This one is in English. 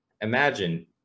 imagine